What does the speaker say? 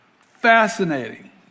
fascinating